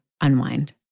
unwind